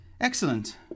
Excellent